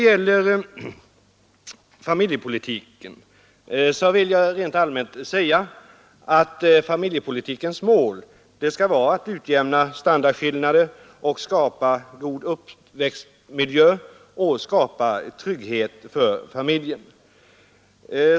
Jag vill rent allmänt säga att familjepolitikens mål skall vara att utjämna standardskillnader, skapa god uppväxtmiljö och ge trygghet för familjen.